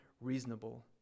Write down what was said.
reasonable